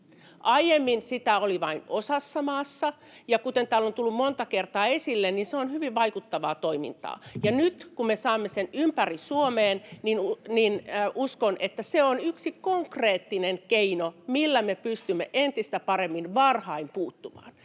Aiemmin sitä oli vain osassa maassa, ja kuten täällä on tullut monta kertaa esille, niin se on hyvin vaikuttavaa toimintaa, ja nyt kun me saamme sen ympäri Suomeen, niin uskon, että se on yksi konkreettinen keino, millä me pystymme entistä paremmin varhain puuttumaan.